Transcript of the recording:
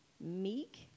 meek